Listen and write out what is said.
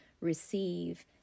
receive